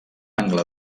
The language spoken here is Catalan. angle